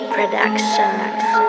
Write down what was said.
Productions